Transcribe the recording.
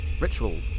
ritual